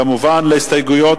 להסתייגויות.